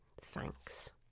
Thanks